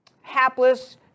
hapless